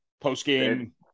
post-game